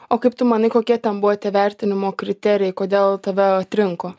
o kaip tu manai kokie ten buvo tie vertinimo kriterijai kodėl tave atrinko